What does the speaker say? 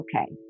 okay